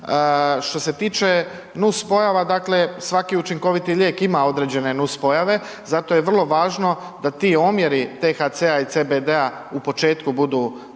Što se tiče nus pojava, dakle, svaki učinkoviti lijek ima određene nus pojave, zato je vrlo važno da ti omjeri THC-a i CBD-a u početku budu